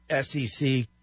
SEC